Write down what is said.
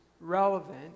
relevant